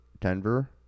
Denver